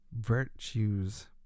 virtues